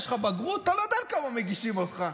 יש לך בגרות ואתה לא יודע על כמה מגישים אותך,